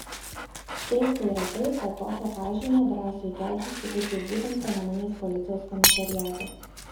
keista yra tai kad tokią pažymą drąsiui kedžiui suteikė būtent panemunės policijos komisariatas